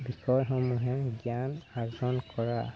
বিষয়সমূহে জ্ঞান আৰ্জন কৰা